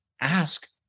ask